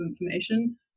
information